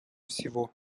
всего